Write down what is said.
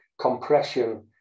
compression